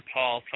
Paul